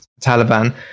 Taliban